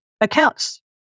accounts